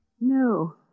No